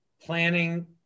planning